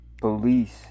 police